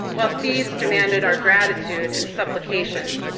while thieves demanded our gratitude and supplication.